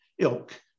ilk